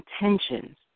intentions